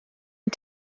ein